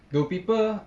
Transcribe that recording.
do people